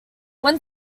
when